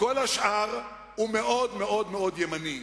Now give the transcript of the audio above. כל השאר הוא מאוד מאוד מאוד ימני.